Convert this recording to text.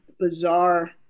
bizarre